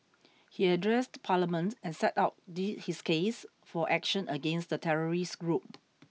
he addressed Parliament and set out the his case for action against the terrorist group